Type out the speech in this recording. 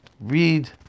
read